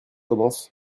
commence